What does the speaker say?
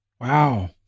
Wow